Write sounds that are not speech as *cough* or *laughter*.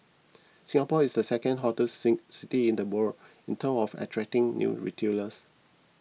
Singapore is the second hottest *unintelligible* city in the world in terms of attracting new retailers